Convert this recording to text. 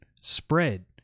spread